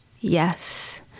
Yes